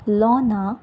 Lorna